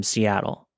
Seattle